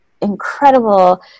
incredible